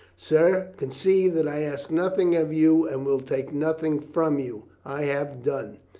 sir, conceive that i ask nothing of you and will take nothing from you. i have done.